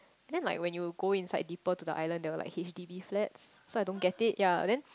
then like when you go inside deeper to the island there were like H_D_B flood so I don't get it yea